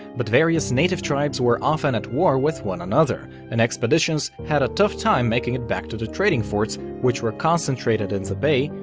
but various native tribes were often at war with one another, and expeditions had a tough time making it to the trading forts, which were concentrated in the bay,